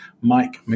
Mike